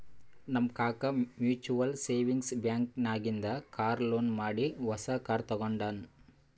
ನಮ್ ಕಾಕಾ mutual savings bank ನಾಗಿಂದೆ ಕಾರ್ ಲೋನ್ ಮಾಡಿ ಹೊಸಾ ಕಾರ್ ತಗೊಂಡಾನ್